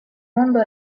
mondo